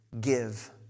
Give